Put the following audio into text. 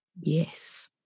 yes